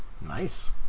Nice